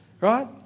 right